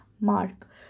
Mark